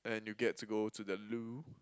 and you get to go to the loo